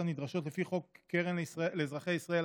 הנדרשות לפי חוק קרן לאזרחי ישראל,